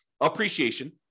Appreciation